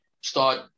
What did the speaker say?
start